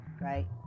right